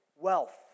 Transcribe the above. wealth